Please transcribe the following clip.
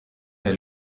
est